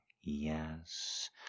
Yes